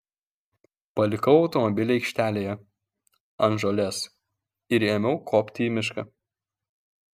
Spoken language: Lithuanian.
palikau automobilį aikštelėje ant žolės ir ėmiau kopti į mišką